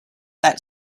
that